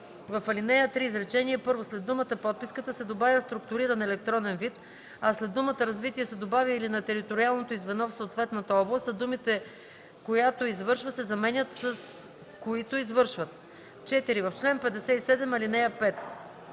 в ал. 3, изречение първо след думата „подписката” се добавя „в структуриран електронен вид”, а след думата „развитие” се добавя „или на териториалното й звено в съответната област”, а думите „която извършва” се заменят с „които извършват”. 4. В чл. 57, ал. 5: